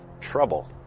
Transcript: trouble